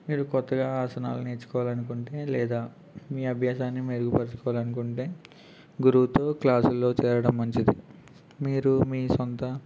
మీరు కొత్తగా ఆసనాలు నేర్చుకోవాలి అనుకుంటే లేదా మీ అభ్యాసాన్ని మెరుగుపరచుకోవాలని అనుకుంటే గురువుతో క్లాసుల్లో చేరడం మంచిది మీరు మీ సొంత